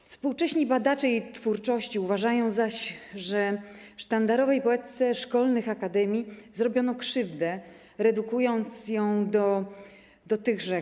Współcześni badacze jej twórczości uważają, że sztandarowej poetce szkolnych akademii zrobiono krzywdę, redukując ją do tychże.